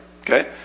Okay